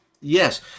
yes